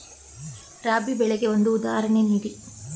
ರಾಬಿ ಬೆಳೆಗೆ ಒಂದು ಉದಾಹರಣೆ ನೀಡಿ